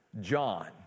John